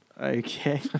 Okay